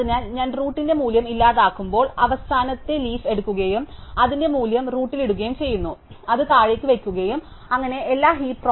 അതിനാൽ ഞാൻ റൂട്ടിലെ മൂല്യം ഇല്ലാതാക്കുമ്പോൾ അവസാനത്തെ ലീഫ് എടുക്കുകയും അതിന്റെ മൂല്യം റൂട്ടിൽ ഇടുകയും തുടർന്ന് അത് താഴേക്ക് വയ്ക്കുകയും അങ്ങനെ എല്ലാ ഹീപ്പ് പ്രോപ്പർട്ടികളും